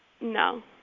No